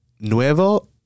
Nuevo